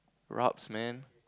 rabz man